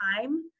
time